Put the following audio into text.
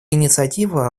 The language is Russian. инициатива